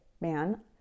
man